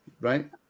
Right